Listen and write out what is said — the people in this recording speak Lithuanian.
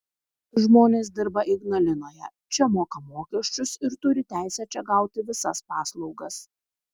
žmonės dirba ignalinoje čia moka mokesčius ir turi teisę čia gauti visas paslaugas